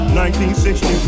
1960